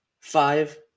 five